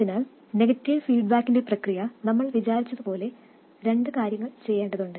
അതിനാൽ നെഗറ്റീവ് ഫീഡ്ബാക്കിന്റെ പ്രക്രിയ നമ്മൾ വിവരിച്ചതുപോലെ രണ്ട് കാര്യങ്ങൾ ചെയ്യേണ്ടതുണ്ട്